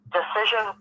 decision